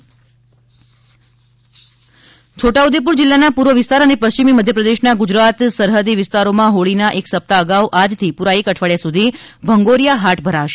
ભંગોરીયા હાટ છોટાઉદેપુર જિલ્લાના પૂર્વ વિસ્તાર અને પશ્ચિમી મધ્યપ્રદેશ ના ગુજરાત સરહદી વિસ્તારો માં હોળી ના એક સપ્તાહ અગાઉ આજથી પુરા એક અઠવાડિયા સુધી ભંગોરીયા હાટ ભરાશે